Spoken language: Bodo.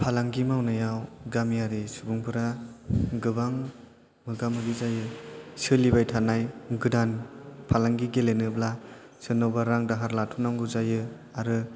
फालांगि मावनायाव गामियारि सुबुंफोरा गोबां मोगा मोगि जायो सोलिबाय थानाय गोदान फालांगि गेलेनोब्ला सोरनावबा रां दाहार लाथ'नांगौ जायो आरो